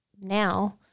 now